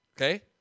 Okay